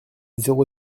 zéro